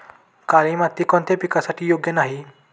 काळी माती कोणत्या पिकासाठी योग्य नाही?